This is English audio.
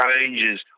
changes